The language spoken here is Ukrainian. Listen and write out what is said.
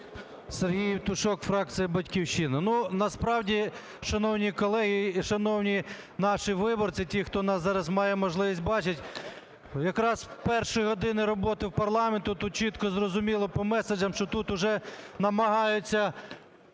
Сергій Євтушок, фракція "Батьківщина". Ну, насправді, шановні колеги і шановні наші виборці, ті, хто нас зараз має можливість бачити, якраз з першої години роботи парламенту тут чітко зрозуміло по меседжам, що тут уже намагаються